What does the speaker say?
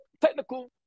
technical